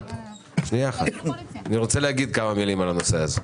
אני רוצה לומר כמה מלים על הנושא הזה.